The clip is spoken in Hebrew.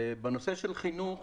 במוסדות החינוך